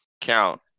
count